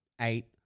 eight